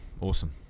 Awesome